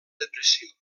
depressió